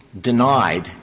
denied